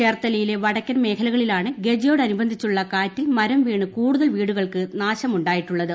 ചേർത്തലയിലെ ് വടക്കൻ മേഖലകളിലാണ് ഗജയോടനുബന്ധിച്ചുള്ളൂട്ടുകാറ്റിൽ മരം വീണ് കൂടുതൽ വീടുകൾക്ക് നാശം ഉണ്ടായിട്ടുള്ളത്